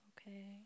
Okay